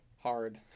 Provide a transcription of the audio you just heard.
hard